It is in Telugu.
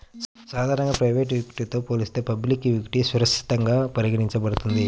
సాధారణంగా ప్రైవేట్ ఈక్విటీతో పోలిస్తే పబ్లిక్ ఈక్విటీ సురక్షితంగా పరిగణించబడుతుంది